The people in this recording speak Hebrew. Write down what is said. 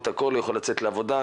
הוא לא יכול לצאת לעבודה,